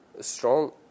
strong